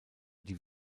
die